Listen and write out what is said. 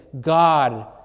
God